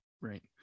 right